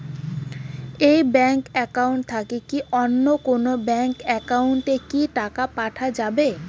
এই bank account থাকি কি অন্য কোনো ব্যাংক একাউন্ট এ কি টাকা পাঠা যাবে?